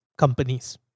companies